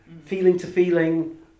feeling-to-feeling